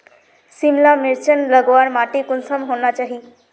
सिमला मिर्चान लगवार माटी कुंसम होना चही?